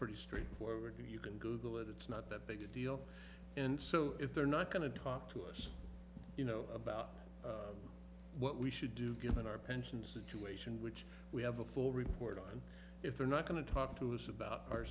pretty straightforward you can google it it's not that big a deal and so if they're not going to talk to us you know about what we should do given our pensions to ation which we have a full report on if they're not going to talk to us about our